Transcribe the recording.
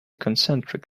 concentric